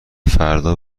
فردا